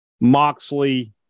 Moxley